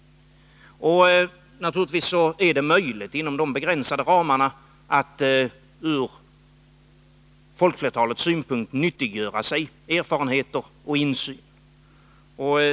Naturligtvis är det möjligt inom de begränsade ramarna att ur folkflertalets synpunkt nyttiggöra sig erfarenheter och insyn.